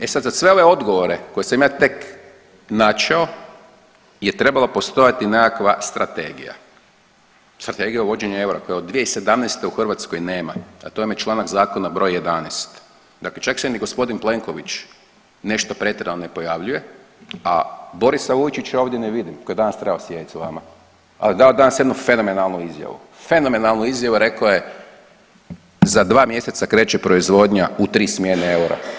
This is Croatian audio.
E sad za sve ove odgovore koje sam ja tek načeo je trebala postojati nekakva strategija, strategija uvođenja eura koje od 2017. u Hrvatskoj nema, a to vam je članak zakona broj 11., dakle čak se ni gospodin Plenković nešto pretjerano ne pojavljuje, a Borisa Vujčića ovdje ne vidim koji je danas trebao sjediti sa vama, al je dao danas jednu fenomenalnu izjavu, fenomenalnu izjavu, rekao je za 2 mjeseca kreće proizvodnja u 3 smjene eura.